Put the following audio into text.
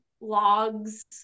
logs